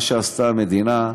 מה שעשתה המדינה,